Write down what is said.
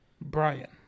Brian